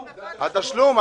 לתשלום.